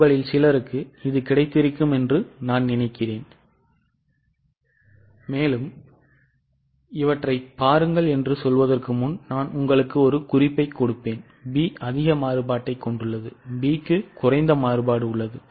உங்களில் சிலருக்கு இது கிடைத்திருக்கும் என்று நான் நினைக்கிறேன் இவற்றைப் பாருங்கள் என்று சொல்வதற்கு முன் நான் உங்களுக்கு ஒரு குறிப்பைக் கொடுப்பேன் B அதிக மாறுபாட்டைக் கொண்டுள்ளது Q க்கு குறைந்த மாறுபாடு உள்ளது